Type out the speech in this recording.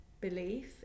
belief